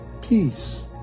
peace